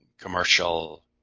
commercial